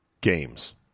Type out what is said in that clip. games